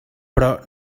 però